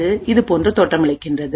அதுஇது போன்றது தோற்றமளிக்கின்றது